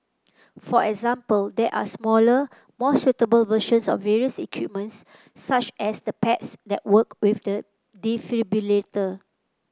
for example there are smaller more suitable versions of various equipment's such as the pads that work with the defibrillator